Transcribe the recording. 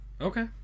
Okay